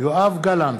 יואב גלנט,